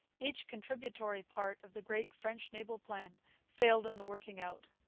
each contributory part of the great french naval plan failed in the working out.